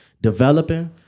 developing